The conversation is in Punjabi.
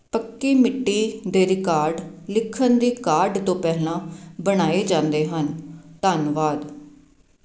ਪੱਕੀ ਮਿੱਟੀ ਦੇ ਰਿਕਾਰਡ ਲਿਖਣ ਦੀ ਕਾਢ ਤੋਂ ਪਹਿਲਾਂ ਬਣਾਏ ਜਾਂਦੇ ਹਨ ਧੰਨਵਾਦ